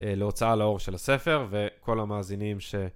להוצאה לאור של הספר וכל המאזינים ש...